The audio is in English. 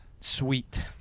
sweet